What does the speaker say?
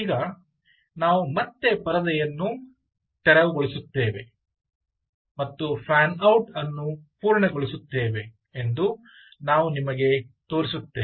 ಈಗ ನಾವು ಮತ್ತೆ ಪರದೆಯನ್ನು ತೆರವುಗೊಳಿಸುತ್ತೇವೆ ಮತ್ತು ಫ್ಯಾನ್ ಔಟ್ ಅನ್ನು ಪೂರ್ಣಗೊಳಿಸುತ್ತೇವೆ ಎಂದು ನಾವು ನಿಮಗೆ ತೋರಿಸುತ್ತೇವೆ